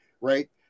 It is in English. right